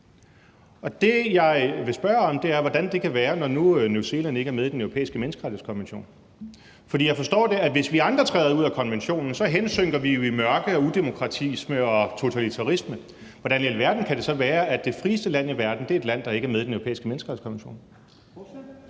Det, jeg vil spørge om, er, hvordan det kan være, når nu New Zealand ikke er med i Den Europæiske Menneskerettighedskonvention. For jeg forstår, at hvis vi andre træder ud af konventionen, hensynker vi jo i mørke og udemokratisme og totalitarisme. Hvordan i alverden kan det så være, at det frieste land i verden er et land, der ikke er med i Den Europæiske Menneskerettighedskonvention?